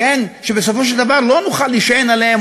שבסופו של דבר לא נוכל להישען עליהן,